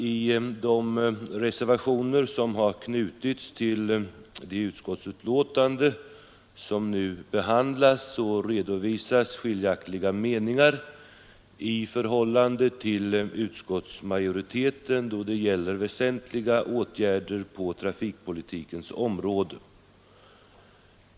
I de reservationer som knutits till det utskottsbetänkande som nu behandlas redovisas skiljaktliga meningar i förhållande till utskottsmajoriteten, då det gäller väsentliga åtgärder på trafikpolitikens område.